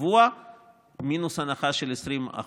קבוע מינוס הנחה של 20%,